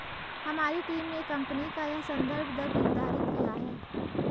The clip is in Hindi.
हमारी टीम ने कंपनी का यह संदर्भ दर निर्धारित किया है